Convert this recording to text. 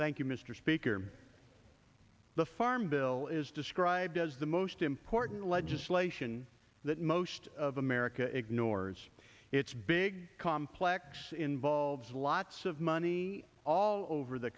thank you mr speaker the farm bill is described as the most important legislation that most of america ignores its big complex involves lots of money all over the